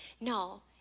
No